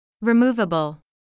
Removable